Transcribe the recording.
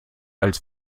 als